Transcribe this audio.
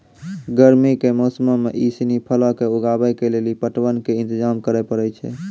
गरमी के मौसमो मे इ सिनी फलो के उगाबै के लेली पटवन के इंतजाम करै पड़ै छै